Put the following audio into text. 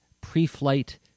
pre-flight